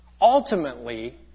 ultimately